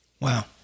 Wow